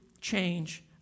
change